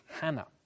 Hannah